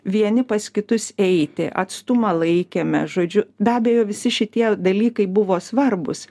vieni pas kitus eiti atstumą laikėme žodžiu be abejo visi šitie dalykai buvo svarbūs